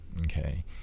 okay